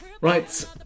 Right